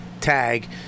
tag